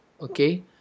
okay